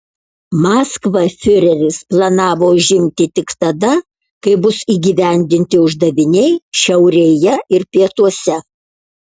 maskvą fiureris planavo užimti tik tada kai bus įgyvendinti uždaviniai šiaurėje ir pietuose